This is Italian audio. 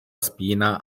spina